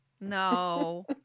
No